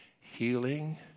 healing